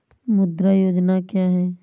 मुद्रा योजना क्या है?